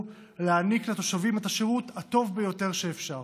להעניק לתושבים את השירות הטוב ביותר שאפשר.